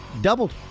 Doubled